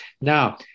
Now